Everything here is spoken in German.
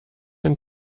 ein